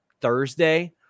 Thursday